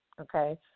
okay